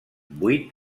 vuit